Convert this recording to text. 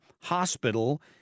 hospital